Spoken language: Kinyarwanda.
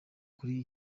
kuri